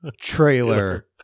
trailer